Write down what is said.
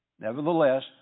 Nevertheless